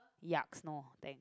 yucks no thanks